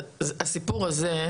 הסיפור הזה,